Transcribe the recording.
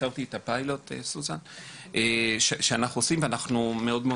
והזכרתי את הפיילוט שאנחנו עושים ואנחנו מאוד מאוד